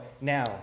now